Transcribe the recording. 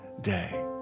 day